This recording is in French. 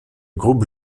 groupe